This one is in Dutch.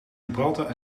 gibraltar